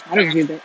I don't feel bad